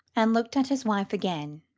and looked at his wife again.